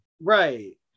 Right